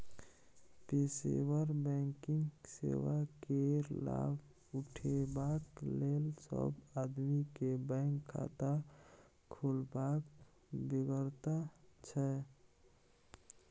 पेशेवर बैंकिंग सेवा केर लाभ उठेबाक लेल सब आदमी केँ बैंक खाता खोलबाक बेगरता छै